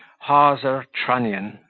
hawser trunnion.